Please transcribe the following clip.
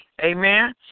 Amen